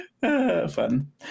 Fun